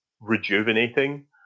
rejuvenating